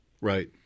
Right